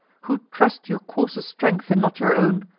who trust your courser's strength, and not your own?